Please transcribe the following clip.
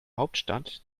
hauptstadt